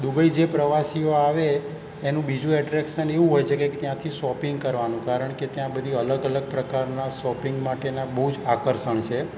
Dubai જે પ્રવાસીઓ આવે એનું બીજું એટ્રેક્શન એવું હોય છે કે ત્યાંથી શોપિંગ કારણ કે ત્યાં બધી અલગ અલગ પ્રકારના શોપિંગ માટેના બહુ જ આકર્ષણ છે